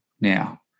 now